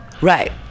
Right